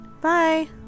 bye